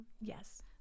yes